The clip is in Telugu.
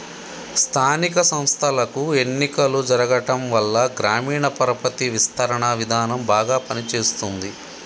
స్థానిక సంస్థలకు ఎన్నికలు జరగటంవల్ల గ్రామీణ పరపతి విస్తరణ విధానం బాగా పని చేస్తుంది